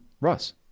Russ